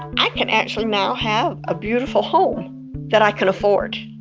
i can actually now have a beautiful home that i can afford.